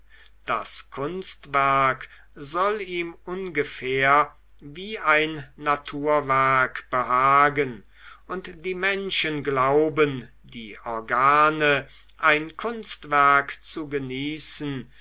das kunstwerk soll ihm ungefähr wie ein naturwerk behagen und die menschen glauben die organe ein kunstwerk zu genießen